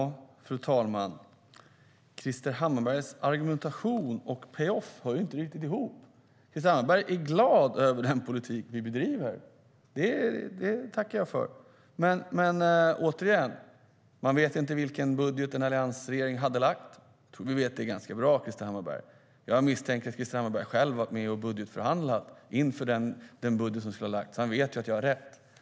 Fru talman! Krister Hammarberghs argumentation och payoff går inte riktigt ihop. Krister Hammarbergh är glad över den politik vi bedriver. Det tackar jag för. Vi vet inte vilken budget en alliansregering hade lagt, säger Krister Hammarbergh. Jag tror att han vet det ganska bra. Jag misstänker att han själv varit med och budgetförhandlat inför den budget som skulle ha lagts. Han vet att jag har rätt.